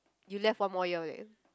you left one more year leh